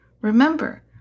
Remember